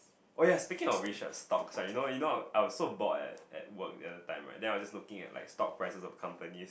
oh ya speaking of which uh stocks right you know you know I was so bored at at work the other time right then I was looking at like stock prices of companies